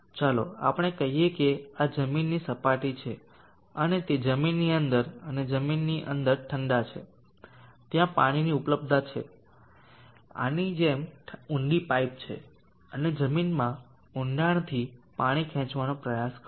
ચાલો આપણે કહી શકીએ કે આ જમીનની સપાટી છે અને તે જમીનની અંદર અને જમીનની અંદર ઠંડા છે ત્યાં પાણીની ઉપલબ્ધતા છે આની જેમ ઊંડી પાઈપ છે અને જમીન માં ઊંડાણ થી પાણી ખેંચવાનો પ્રયાસ કરો